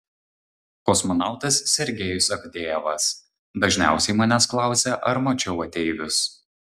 kosmonautas sergejus avdejevas dažniausiai manęs klausia ar mačiau ateivius